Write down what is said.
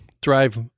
drive